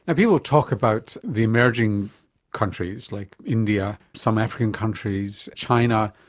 ah people talk about the emerging countries like india, some african countries, china,